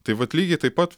tai vat lygiai taip pat